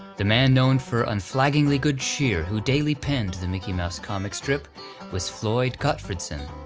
the man known for unflaggingly good cheer who daily penned the mickey mouse comic strip was floyd gottfredson,